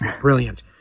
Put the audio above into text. brilliant